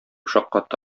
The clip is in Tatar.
шаккатты